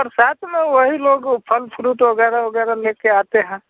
प्रसाद में वही लोग वह फल फ़्रूट वग़ैरा वग़ैरा लेकर आते हैं